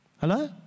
Hello